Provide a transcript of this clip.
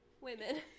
Women